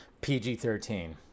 pg-13